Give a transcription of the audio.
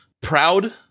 proud